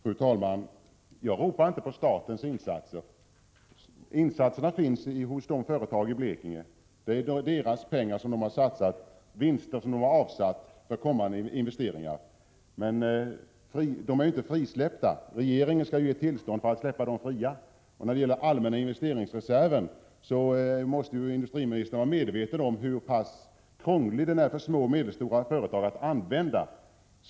Fru talman! Jag ropar inte på statens insatser. Insatserna finns hos företagen i Blekinge. Det är deras pengar som satsats, det är vinster som avsatts för kommande investeringar. Men pengarna är inte frisläppta, regeringen skall ju ge tillstånd att släppa dem fria. När det gäller allmänna investeringsreserven måste industriministern vara medveten om hur pass krånglig den är för små och medelstora företag att använda.